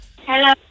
Hello